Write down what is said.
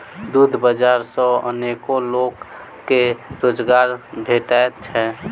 दूध बाजार सॅ अनेको लोक के रोजगार भेटैत छै